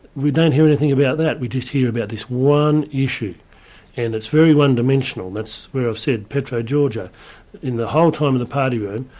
we don't hear anything about that, we just hear about this one issue and it's very one-dimensional, that's where i've said petro georgiou in the whole time in the party room,